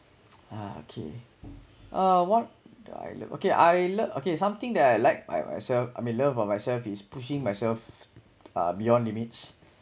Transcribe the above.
ah okay uh what do I love okay I love okay something that I like by myself I mean love of myself is pushing myself uh beyond limits